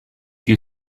you